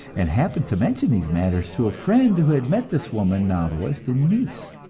and happened to mention these matters to a friend, who had met this woman novelist in nice.